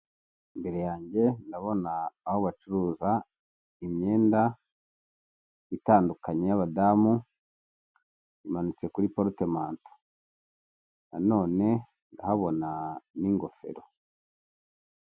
Imbere yanjye ndabona aho bacuruza imyenda itandukanye y'abadamu imanitse kuri porutemanto nanone ndahabona n'ingofero.